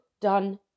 done